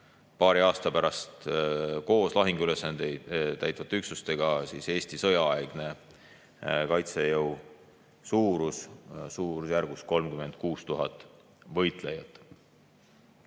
paari aasta pärast koos lahinguülesandeid täitvate üksustega Eesti sõjaaegne kaitsejõu suurus suurusjärgus 36 000 võitlejat.